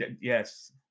yes